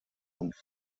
und